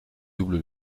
double